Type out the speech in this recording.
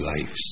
lives